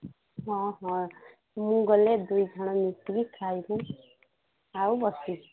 ହଁ ହଁ ମୁଁ ଗଲେ ଦୁଇଜଣ ମିଶିକି ଖାଇ ଆଉ ବସି